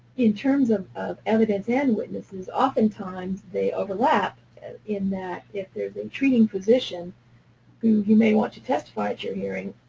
in terms of of evidence and witnesses, oftentimes they overlap in that if there is a treating physician who you may want to testify at your hearing,